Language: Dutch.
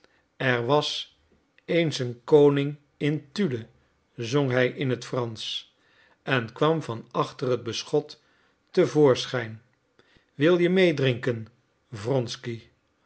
er was eens een koning in thule zong hij in het fransch en kwam van achter het beschot te voorschijn wil je meedrinken